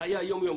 בחיי היום יום,